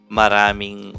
maraming